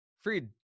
Freed